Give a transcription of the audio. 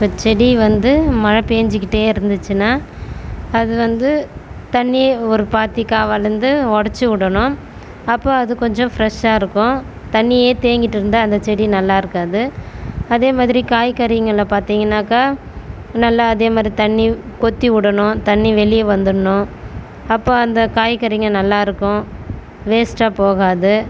இப்போ செடி வந்து மழை பெஞ்சுக்கிட்டே இருந்துச்சுன்னால் அது வந்து தண்ணி ஒரு பாத்திக்கா வளர்ந்து உடச்சு விடணும் அப்போ அது கொஞ்சம் ஃப்ரெஷ்ஷாக இருக்கும் தண்ணியே தேங்கிகிட்டு இருந்தால் அந்த செடி நல்லாயிருக்காது அதே மாதிரி காய்கறிங்களை பார்த்திங்கன்னாக்கா நல்லா அதேமாதிரி தண்ணி கொத்தி விடணும் தண்ணி வெளியே வந்துடுணும் அப்போ அந்த காய்கறிங்க நல்லா இருக்கும் வேஸ்டாக போகாது